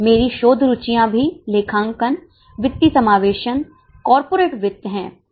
मेरी शोध रुचियाँ भी लेखांकन वित्तीय समावेशन कॉरपोरेट वित्त हैं